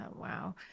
wow